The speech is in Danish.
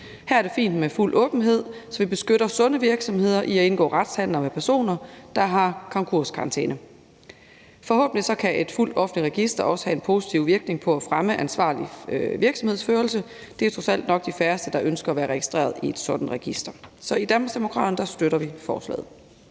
Her er det fint med fuld åbenhed, så vi beskytter sunde virksomheder mod at indgå retshandler med personer, der har konkurskarantæne. Forhåbentlig kan et fuldt offentligt register også have en positiv virkning på at fremme ansvarlig virksomhedsførelse. Det er trods alt nok de færreste, der ønsker at være registreret i et sådant register. Så i Danmarksdemokraterne støtter vi forslaget.